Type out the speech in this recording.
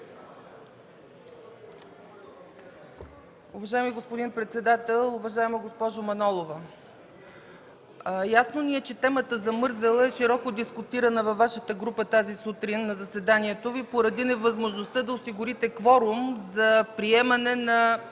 Уважаеми господин председател! Уважаема госпожо Манолова, ясно ни е, че темата за мързела е широко дискутирана във Вашата група тази сутрин на заседанието Ви поради невъзможността да осигурите кворум за приемане на